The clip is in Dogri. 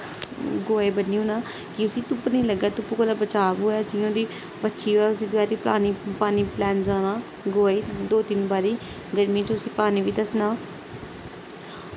गवै गी बन्नी ओड़ना कि उसी धुप्प नी लग्गै धुप्प कोला बचाव होऐ जियां ओह्दी बच्ची होऐ उसी दपैह्री पानी पलैना जाना गवै गी दो तिन्न बारी गर्मी च उसी पानी बी दस्सना